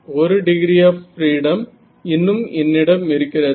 1 degree of freedom இன்னும் என்னிடம் இருக்கிறது